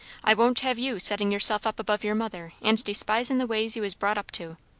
i won't have you settin' yourself up above your mother and despisin' the ways you was brought up to.